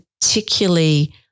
Particularly